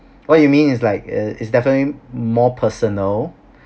what you mean it's like uh it's definitely more personnel